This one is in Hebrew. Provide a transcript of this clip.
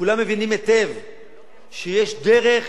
שיש דרך